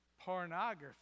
pornography